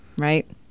Right